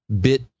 bit